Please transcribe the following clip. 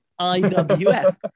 IWF